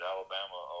Alabama